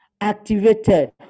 activated